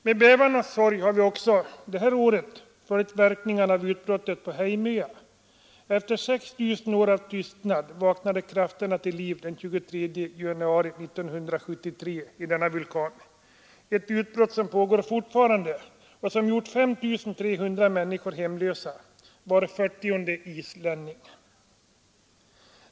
Med bävan och sorg har vi också det här året följt verkningarna av utbrottet på Heimoya — efter 6 000 år av tystnad vaknade krafterna till liv i vulkanen den 23 januari 1973. Utbrottet pågår fortfarande och har gjort 5 300 människor hemlösa — var 40:e islänning.